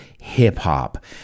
hip-hop